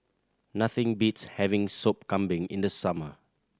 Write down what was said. nothing beats having Sop Kambing in the summer